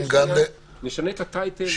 נשנה את הטייטל --- נכון,